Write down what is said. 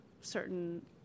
certain